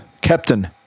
captain